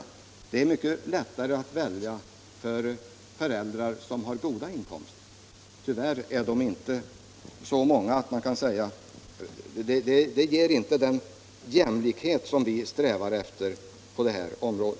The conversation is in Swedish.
Det är mycket lättare att välja för föräldrar som har goda inkomster. Tyvärr är de inte så många och därför finns inte den jämlikhet som vi strävar efter på detta område.